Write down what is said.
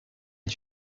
est